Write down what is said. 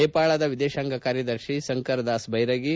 ನೇಪಾಳದ ವಿದೇಶಾಂಗ ಕಾರ್ಯದರ್ಶಿ ಶಂಕರ್ದಾಸ್ ಬೈರಗಿ